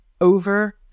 over